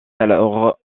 alors